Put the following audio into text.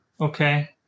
Okay